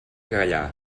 callar